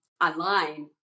online